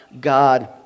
God